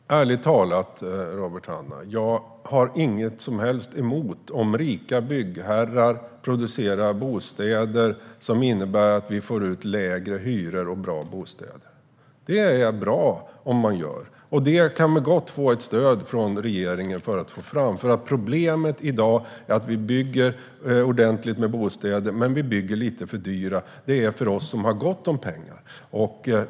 Herr talman! Ärligt talat, Robert Hannah: Jag har inget som helst emot om rika byggherrar producerar bostäder som innebär att man får lägre hyror och bra bostäder. Det är bra, och det kan de gott få stöd av regeringen för att få fram. Problemet i dag är att vi visserligen bygger rejält med bostäder, men de är lite för dyra. De är för oss som har gott om pengar.